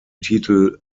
titel